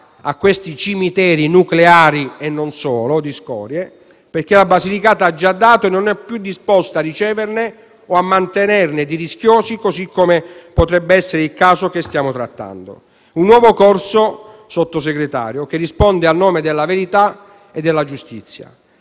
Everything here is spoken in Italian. ai cimiteri nucleari di scorie (e non solo), perché la Basilicata ha già dato e non è più disposta a riceverne o a mantenerne di rischiosi così come potrebbe essere il caso che stiamo trattando. Un nuovo corso, signor Sottosegretario, che risponda al nome della verità e della giustizia.